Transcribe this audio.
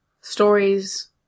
Stories